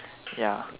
okay ah